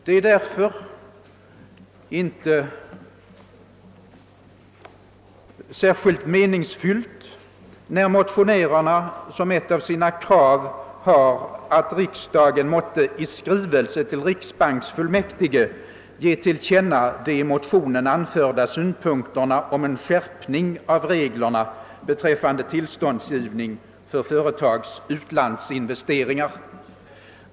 Det är därför inte särskilt meningsfullt när motionärerna för fram som ett av sina krav att riksdagen måtte besluta »att i skrivelse till riksbanksfullmäktige ge till känna de i denna motion anförda synpunkterna om en skärpning av reglerna beträffande tillståndsgivningen för svenska företags utlandsinvesteringar».